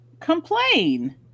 complain